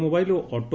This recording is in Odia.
ମୋବାଇଲ୍ ଓ ଅଟେ